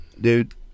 dude